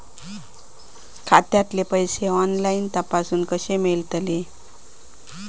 खात्यातले पैसे ऑनलाइन तपासुक कशे मेलतत?